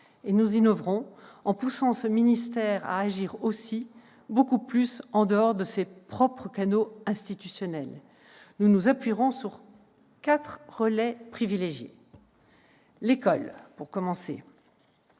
Nous innoverons en poussant ce ministère à agir aussi, beaucoup plus, en dehors de ses propres canaux institutionnels. Enfin, nous nous appuierons sur quatre relais privilégiés. Le premier